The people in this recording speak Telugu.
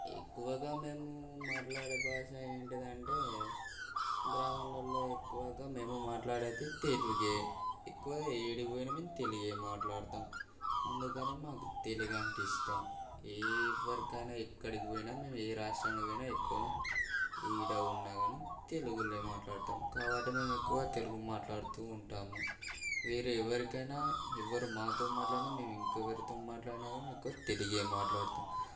ఎక్కువగా మేము మాట్లాడే భాష ఏంటిదంటే గ్రామాలలో ఎక్కువగా మేము మాట్లాడేది తెలుగే ఎక్కువగా ఏడికి పోయిన గానీ తెలుగే మాట్లాడుతాం అందుకనే మాకు తెలుగంటే ఇష్టం ఏ ఎవ్వరికైనా ఎక్కడికి పోయినా మేము ఏ రాష్ట్రానికి పోయినా ఎక్కువ ఇక్కడ ఉన్నా గానీ తెలుగే మాట్లాడతాం కాబట్టి ఎక్కువగా మేము తెలుగు మాట్లాడుతూ ఉంటాము వేరెవ్వరికైనా ఎవ్వరు మాతో మాట్లాడిన మేము ఇంకెవ్వరితో మాట్లాడినా తెలుగే మాట్లాడుతాం